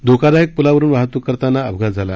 धोकादायक पुलावरून वाहतूक करताना अपघात झाला